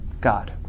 God